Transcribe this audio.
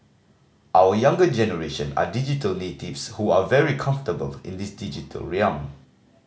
our younger generation are digital natives who are very comfortable in this digital realm